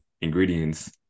ingredients